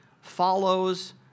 follows